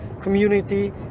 community